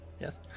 Yes